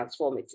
transformative